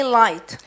light